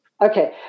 Okay